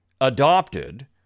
adopted